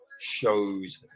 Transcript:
shows